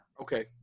okay